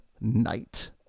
Night